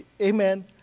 amen